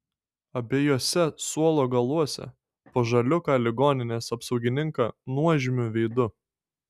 abiejuose suolo galuose po žaliūką ligoninės apsaugininką nuožmiu veidu